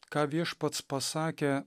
ką viešpats pasakė